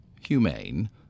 humane